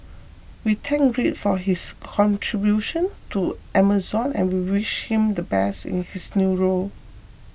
we thank Greg for his contribution to Amazon and wish him the best in his new role